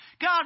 God